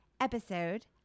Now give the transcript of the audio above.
episode